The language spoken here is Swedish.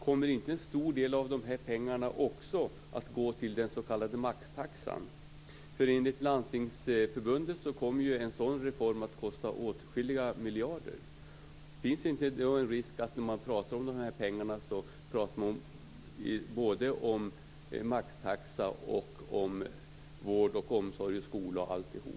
Kommer inte en stor del av pengarna också gå till den s.k. maxtaxan? Enligt Landstingsförbundet kommer en sådan reform att kosta åtskilliga miljarder. Finns det inte en risk att när man talar om dessa pengar så talar man både om maxtaxa och om vård, omsorg, skola och allt sådant?